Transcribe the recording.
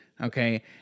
Okay